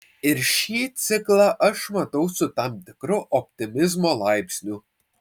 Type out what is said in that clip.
ir šį ciklą aš matau su tam tikru optimizmo laipsniu